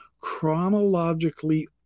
chronologically